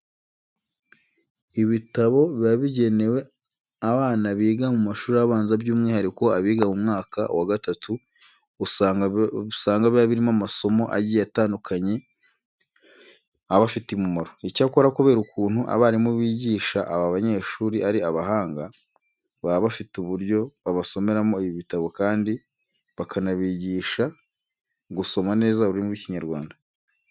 Ibitabo biba bigenewe abana biga mu mashuri abanza by'umwihariko abiga mu mwaka wa gatatu usanga biba birimo amasomo agiye atandukanye abafitiye umumaro. Icyakora kubera ukuntu abarimu bigisha aba banyeshuri ari abahanga, baba bafite uburyo babasomeramo ibi bitabo kandi bakanabigisha gusoma neza ururimi rw'Ikinyarwanda.